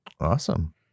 Awesome